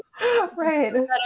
Right